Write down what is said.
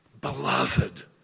Beloved